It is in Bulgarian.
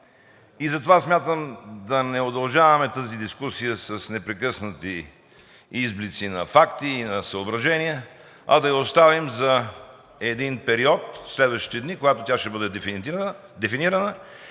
Затова смятам да не удължаваме тази дискусия с непрекъснати изблици на факти и на съображения, а да я оставим за един период в следващите дни, когато тя ще бъде дефинирана